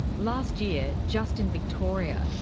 last year, just in victoria,